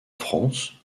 france